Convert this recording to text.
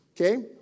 okay